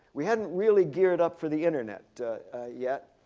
we hadn't really geared up for the internet yet.